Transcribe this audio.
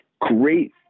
Great